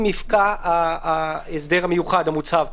אם יפקע ההסדר המיוחד המוצע פה.